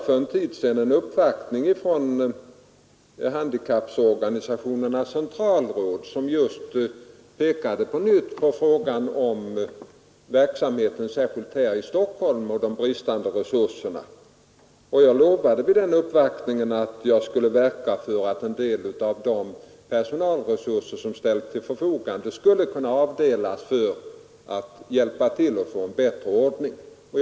För en tid sedan uppvaktades jag av Handikapporganisationernas centralråd, som på nytt påpekade att man, särskilt här i Stockholm, har bristande resurser. Jag lovade vid uppvaktningen att jag skulle verka för att en del av de personalresurser som ställts till förfogande skulle avdelas till att hjälpa till att få till stånd en bättre ordning.